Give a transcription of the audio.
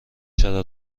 چرا